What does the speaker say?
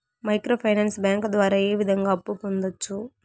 micro finance bank ద్వారా ఏ విధంగా అప్పు పొందొచ్చు